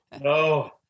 no